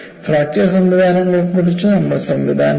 fracture സംവിധാനങ്ങളെക്കുറിച്ച് നമ്മൾ ചർച്ച ചെയ്തു